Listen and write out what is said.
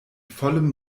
vollem